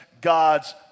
God's